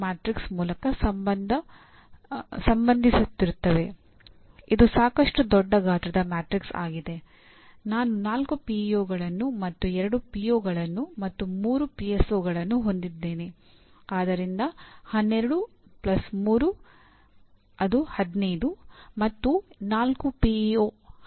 ಹಾಗಾಗಿ ಇದು 4 X 15 matrix ನೋಡಬೇಕಾಗಿದೆ